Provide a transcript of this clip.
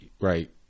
right